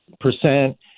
percent